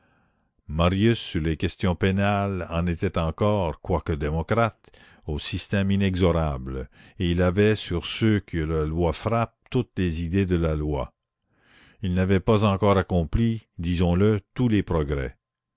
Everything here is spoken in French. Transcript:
marius sur les questions pénales en était encore quoique démocrate au système inexorable et il avait sur ceux que la loi frappe toutes les idées de la loi il n'avait pas encore accompli disons-le tous les progrès